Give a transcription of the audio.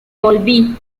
volví